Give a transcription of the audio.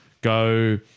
go